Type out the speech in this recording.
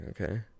Okay